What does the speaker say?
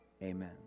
Amen